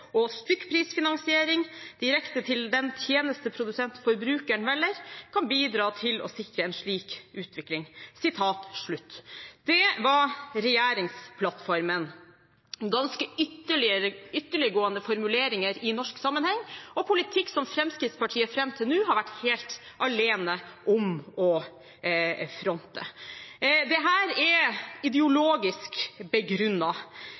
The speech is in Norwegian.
og stykkprisfinansiering direkte til den tjenesteprodusent forbrukeren velger, kan bidra til å sikre en slik utvikling.» Det var regjeringsplattformen – ganske ytterliggående formuleringer i norsk sammenheng og politikk som Fremskrittspartiet fram til nå har vært helt alene om å fronte. Dette er ideologisk